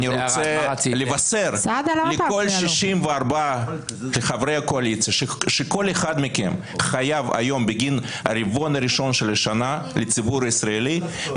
אני רוצה לבשר לכל 64 חברי הקואליציה שכל אחד מכם חייב לציבור הישראלי